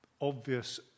obvious